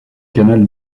canal